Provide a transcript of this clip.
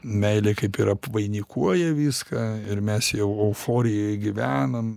meilė kaip ir apvainikuoja viską ir mes jau euforijoj gyvenam